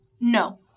No